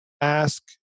ask